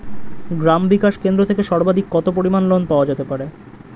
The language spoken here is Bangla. গ্রাম বিকাশ কেন্দ্র থেকে সর্বাধিক কত পরিমান লোন পাওয়া যেতে পারে?